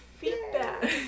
feedback